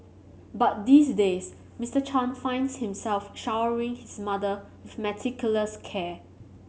but these days Mister Chan finds himself showering his mother with meticulous care